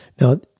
Now